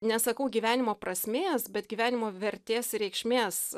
nesakau gyvenimo prasmės bet gyvenimo vertės ir reikšmės